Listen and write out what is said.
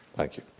thank you.